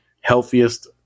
healthiest